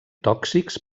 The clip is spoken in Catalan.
tòxics